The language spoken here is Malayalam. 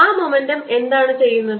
ആ മൊമെൻ്റം എന്താണ് ചെയ്യുന്നത്